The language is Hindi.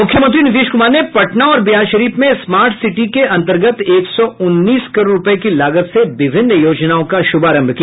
मुख्यमंत्री नीतीश कुमार ने पटना और बिहारशरीफ में स्मार्ट सिटी के अन्तर्गत एक सौ उन्नीस करोड़ रूपये की लागत से विभिन्न योजनाओं का शुभारंभ किया